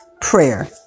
prayer